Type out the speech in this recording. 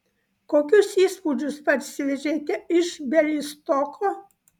kokius įspūdžius parsivežėte iš bialystoko